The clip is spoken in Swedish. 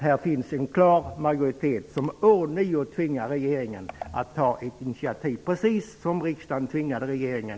Här finns nämligen en klar majoritet som ånyo tvingar regeringen att ta ett initiativ, precis som riksdagen tvingade regeringen